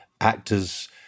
actors